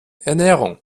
ernährung